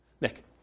Nick